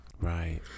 right